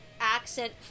accent